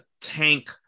tank